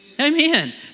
Amen